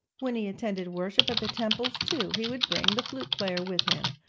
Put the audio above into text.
when he attended worship at the temples, too, he would bring the flute-player with him,